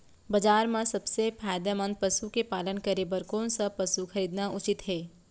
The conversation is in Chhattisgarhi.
बजार म सबसे फायदामंद पसु के पालन करे बर कोन स पसु खरीदना उचित हे?